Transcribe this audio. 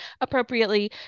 appropriately